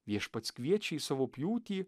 viešpats kviečia į savo pjūtį